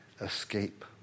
escape